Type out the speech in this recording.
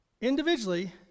individually